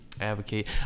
Advocate